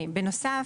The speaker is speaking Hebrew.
בנוסף,